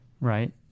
right